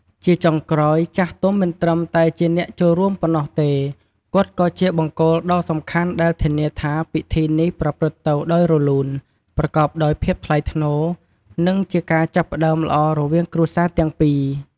ជាចុងក្រោយ ចាស់ទុំមិនត្រឹមតែជាអ្នកចូលរួមប៉ុណ្ណោះទេ គាត់ក៏ជាបង្គោលដ៏សំខាន់ដែលធានាថា ពិធីនេះប្រព្រឹត្តទៅដោយរលូន ប្រកបដោយភាពថ្លៃថ្នូរ និងជាការចាប់ផ្ដើមល្អរវាងគ្រួសារទាំងពីរ។